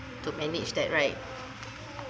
to manage that right